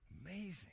Amazing